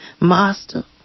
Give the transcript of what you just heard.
Master